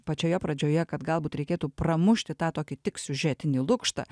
pačioje pradžioje kad galbūt reikėtų pramušti tą tokį tik siužetinį lukštą